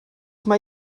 mae